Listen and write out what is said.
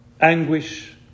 anguish